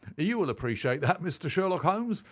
you will appreciate that, mr. sherlock holmes,